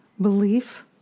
belief